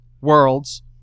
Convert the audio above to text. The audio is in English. worlds